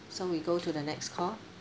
so we go to the next call